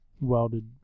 welded